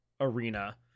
Arena